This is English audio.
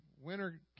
winter